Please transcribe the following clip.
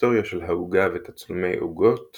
ההיסטוריה של העוגה ותצלומי עוגות